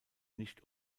nicht